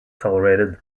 tolerated